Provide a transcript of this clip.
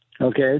Okay